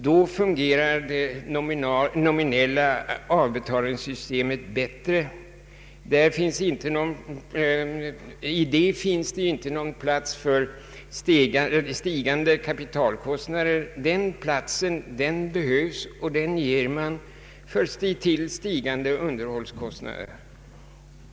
Då fungerar det nominella avbetalningssystemet bättre. I detta finns inte plats för stigande kapitalkostnader. Den platsen behövs, och den ger man till stigande underhållskostnader.